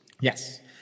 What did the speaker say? Yes